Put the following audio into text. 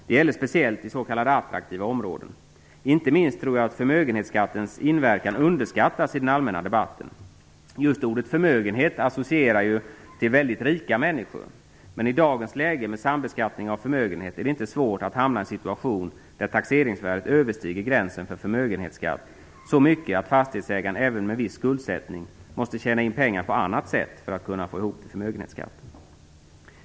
Det gäller speciellt i s.k. attraktiva områden. Inte minst tror jag att förmögenhetsskattens inverkan underskattats i den allmänna debatten. Just ordet förmögenhet ger associationer till väldigt rika människor. Men i dagens läge, med sambeskattning av förmögenhet är det inte så svårt att hamna i en situation där taxeringsvärdet överstiger gränsen för förmögenhetsskatt så mycket att fastighetsägaren även med viss skuldsättning måste tjäna in pengar på annat sätt för att kunna få ihop till förmögenhetsskatten.